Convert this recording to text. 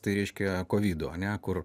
tai reiškia kovido ane kur